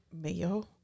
Mayo